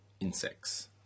insects